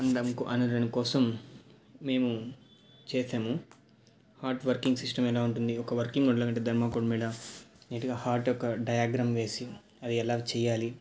అనడం కో అనడం కోసం మేము చేసాము హార్ట్ వర్కింగ్ సిస్టం ఎలా ఉంటుంది ఒక వర్కింగ్ ఇలా దర్మాకోల్ మీద నీట్గా హార్ట్ యొక్క డయాగ్రమ్ వేసి అది ఎలా చేయాలి